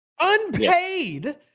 unpaid